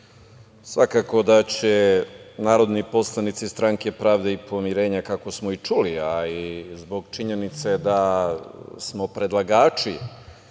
svakako da će narodni poslanici Stranke pravde i pomirenja, kako smo i čuli, a i zbog činjenice da smo predlagači